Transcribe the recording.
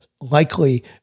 likely